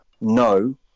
no